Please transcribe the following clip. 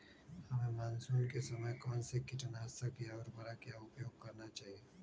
हमें मानसून के समय कौन से किटनाशक या उर्वरक का उपयोग करना चाहिए?